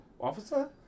officer